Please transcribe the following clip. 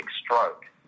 stroke